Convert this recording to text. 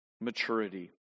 maturity